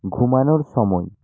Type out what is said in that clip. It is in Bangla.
ঘুমানোর সময়